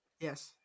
Yes